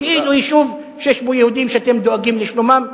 כאילו יישוב שיש בו יהודים שאתם דואגים לשלומם,